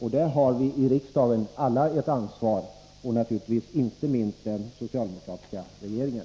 Här har vi alla i riksdagen ett ansvar, inte minst den socialdemokratiska regeringen.